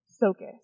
focus